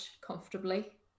comfortably